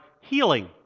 healing